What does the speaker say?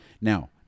Now